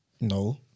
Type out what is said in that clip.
No